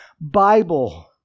Bible